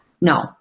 No